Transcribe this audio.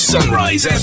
Sunrise